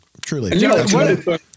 truly